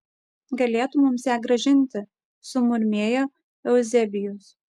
galėtų mums ją grąžinti sumurmėjo euzebijus